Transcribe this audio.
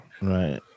Right